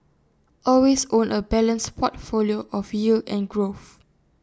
always own A balanced portfolio of yield and growth